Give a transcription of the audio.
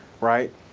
right